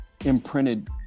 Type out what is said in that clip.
imprinted